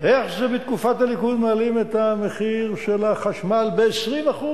איך זה בתקופת הליכוד מעלים את המחיר של החשמל ב-20%?